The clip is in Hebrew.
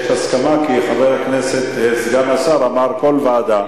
יש הסכמה, כי סגן השר אמר, כל ועדה,